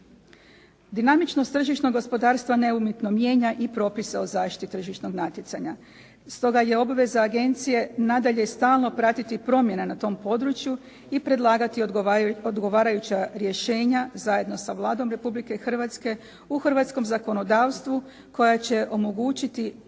Dinamičnost tržišnog gospodarstva neumitno mijenja i propise o zaštiti tržišnog natjecanja, stoga je obveza agencije nadalje i stalno pratiti promjene na tom području i predlagati odgovarajuća rješenja zajedno sa Vladom Republike Hrvatske u hrvatskom zakonodavstvu koja će omogućiti